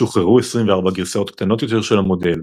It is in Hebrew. שוחררו 24 גרסאות קטנות יותר של המודל,